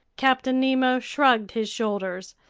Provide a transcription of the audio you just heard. captain nemo shrugged his shoulders.